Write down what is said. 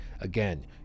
Again